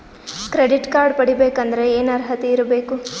Credit card ಪಡಿಬೇಕಂದರ ಏನ ಅರ್ಹತಿ ಇರಬೇಕು?